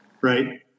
Right